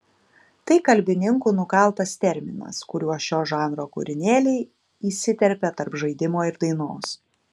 tai kalbininkų nukaltas terminas kuriuo šio žanro kūrinėliai įsiterpia tarp žaidimo ir dainos